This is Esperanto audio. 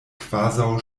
kvazaŭ